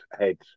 heads